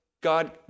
God